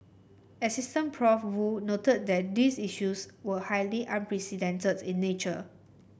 Assistant Prof Woo noted that these issues were highly unprecedented in nature